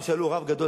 פעם שאלו רב גדול,